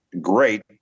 great